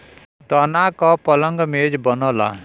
तना के पलंग मेज बनला